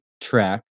track